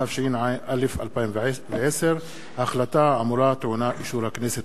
התשע"א 2010. ההחלטה האמורה טעונה אישור הכנסת.